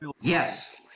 Yes